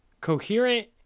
coherent